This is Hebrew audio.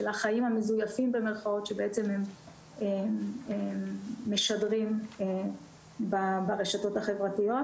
של החיים המזויפים במירכאות שבעצם הם משדרים ברשתות החברתיות,